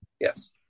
Yes